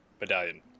Medallion